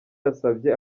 yasabye